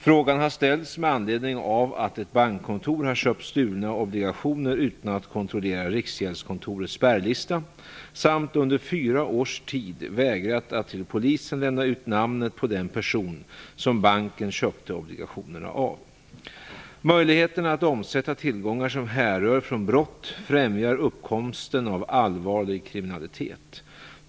Frågan har ställts med anledning av att ett bankkontor har köpt stulna obligationer utan att kontrollera Riksgäldskontorets spärrlista samt under fyra års tid vägrat att till polisen lämna ut namnet på den person som banken köpte obligationerna av. Möjligheterna att omsätta tillgångar som härrör från brott främjar uppkomsten av allvarlig kriminalitet.